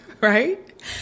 right